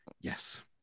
Yes